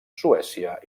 suècia